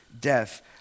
death